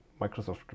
Microsoft